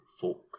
folk